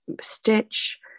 stitch